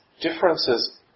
differences